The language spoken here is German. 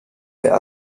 wir